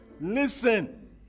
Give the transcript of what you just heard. Listen